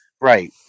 Right